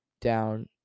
down